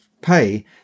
pay